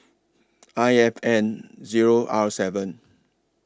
I F N Zero R seven